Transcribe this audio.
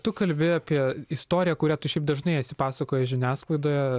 tu kalbi apie istoriją kurią tu šiaip dažnai esi pasakojęs žiniasklaidoje